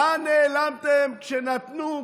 לאן נעלמתם כשנתנו,